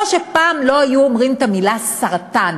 כמו שפעם לא היו אומרים את המילה סרטן,